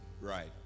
Right